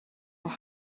were